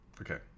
Okay